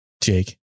Jake